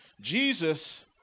Jesus